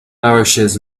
nourishes